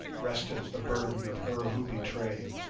resteth the burden of her who betrayed.